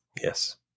Yes